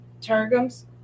targums